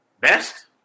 Best